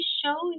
show